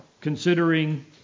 considering